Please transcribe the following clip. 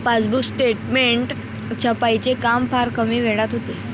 passbook statement छपाईचे काम फार कमी वेळात होते